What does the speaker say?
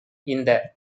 இந்த